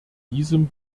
diesem